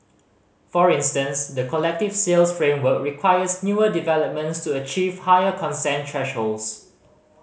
for instance the collective sales framework requires newer developments to achieve higher consent thresholds